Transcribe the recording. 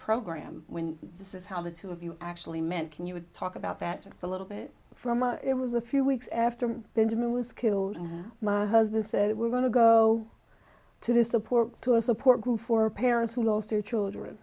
program when this is how the two of you actually meant can you talk about that just a little bit from a it was a few weeks after benjamin was killed my husband said we're going to go to support to a support group for parents who lost their children